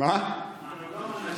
אנחנו לא אנשים?